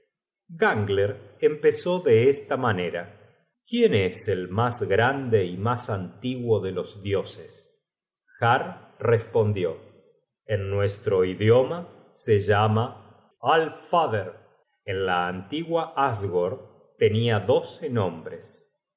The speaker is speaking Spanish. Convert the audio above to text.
gangler empezó de esta manera quién es el mas grande y mas antiguo de los dioses har respondió en nuestro idioma se llama alfader en la antigua asgord tenia doce nombres